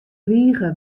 rige